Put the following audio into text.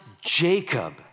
Jacob